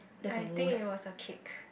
I think it was a cake